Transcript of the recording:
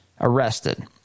arrested